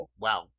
Wow